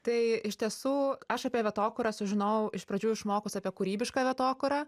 tai iš tiesų aš apie vietokūrą sužinojau iš pradžių išmokus apie kūrybišką vietokūrą